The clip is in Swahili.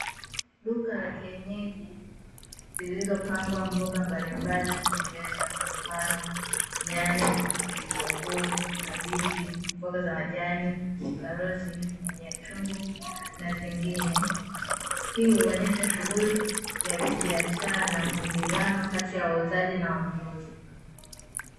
Duka la kienyeji , lililopangwa mboga mbalimbali kwenye meza kwa mfano, nyanya, vitunguu, kabichi, mboga za majani, karoti, nyanya chungu na zingine , hii huonyesha Shughuli ya mwingiliano kati ya wafanya biashara na wanunuzi.